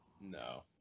No